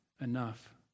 enough